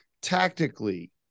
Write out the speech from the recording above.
tactically